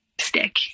stick